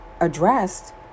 addressed